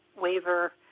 waiver